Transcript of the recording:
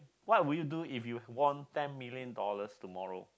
what would you do if you won ten million dollars tomorrow